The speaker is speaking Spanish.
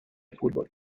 fútbol